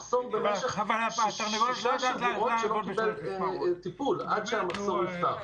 --- היה מחסור במשך שלושה שבועות וטיפול עד שהמחסור --- אלי,